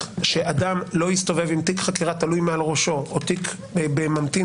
שאדם לא יסתובב עם תיק חקירה תלוי מעל ראשו או תיק ממתין